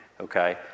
okay